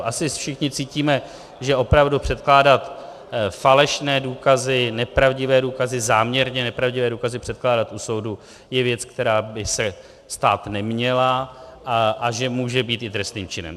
Asi všichni cítíme, že opravdu předkládat falešné důkazy, nepravdivé důkazy, záměrně nepravdivé důkazy, předkládat u soudu je věc, která by se stát neměla, a že může být i trestným činem.